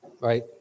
right